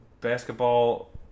basketball